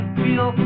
feel